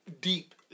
deep